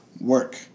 work